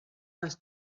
les